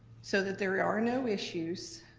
so that there are no issues,